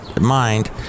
mind